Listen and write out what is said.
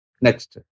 Next